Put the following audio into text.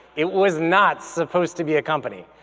it was not supposed to be a company.